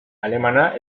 alemana